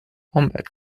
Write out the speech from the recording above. wombat